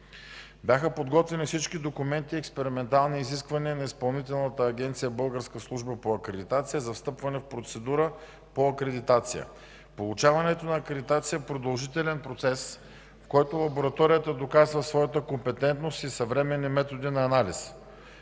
Бяха подготвени всички документи и експериментални изисквания на Изпълнителната агенция „Българска служба по акредитация” за встъпване в процедура по акредитация. Получаването на акредитация е продължителен процес, в който лабораторията доказва своята компетентност и съвременни методи на анализ.